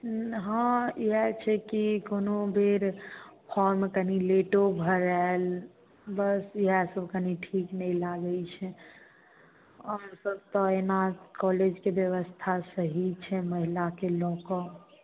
हूँ हँ इहए छी की कोनो बेर फॉर्म कनी लेटो भराएल बस इहए सब कनी ठीक नहि लागैत छै अब तक तऽ एना कॉलेजकेँ ब्यवथा सही छै महिलाकेँ लऽ कऽ